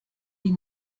die